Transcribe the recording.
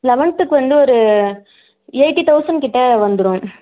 லெவன்த்துக்கு வந்து ஒரு எயிட்டி தௌசண்ட்கிட்ட வந்துடும்